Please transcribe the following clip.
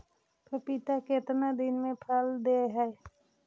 पपीता कितना दिन मे फल दे हय?